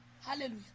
Hallelujah